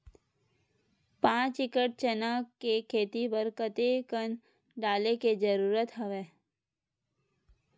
पांच एकड़ चना के खेती बर कते कन डाले के जरूरत हवय?